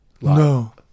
No